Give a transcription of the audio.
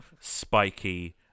spiky